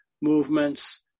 movements